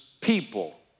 people